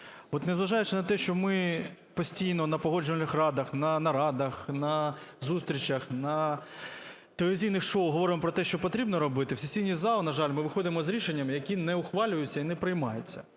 От, незважаючи на те, що ми постійно на погоджувальних радах, на нарадах, на зустрічах, на телевізійних шоу говоримо про те, що потрібно робити, а в сесійний зал, на жаль, ми виходимо з рішеннями, які не ухвалюються і не приймаються,